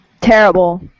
Terrible